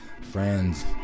friends